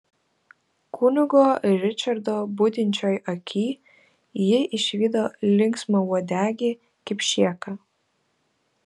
kunigo ričardo budinčioj aky ji išvydo linksmauodegį kipšėką